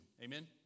Amen